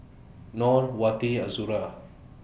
Nor Wati Azura